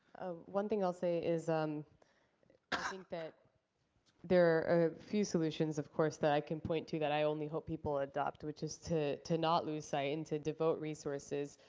one thing i'll say is um i think that there are a few solutions, of course, that i can point to that i only hope people adopt, which is to to not lose sight and to devote resources